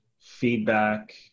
feedback